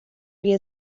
روی